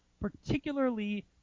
particularly